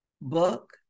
book